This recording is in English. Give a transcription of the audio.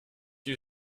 you